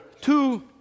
two